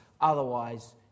Otherwise